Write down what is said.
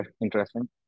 interesting